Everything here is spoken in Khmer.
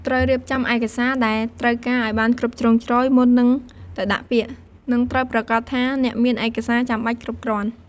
ត្រូវរៀបចំឯកសារដែលត្រូវការឲ្យបានគ្រប់ជ្រុងជ្រោយ មុននឹងទៅដាក់ពាក្យ និងត្រូវប្រាកដថាអ្នកមានឯកសារចាំបាច់គ្រប់គ្រាន់។